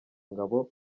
ngabo